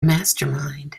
mastermind